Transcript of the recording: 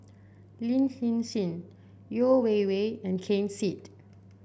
Lin Hsin Hsin Yeo Wei Wei and Ken Seet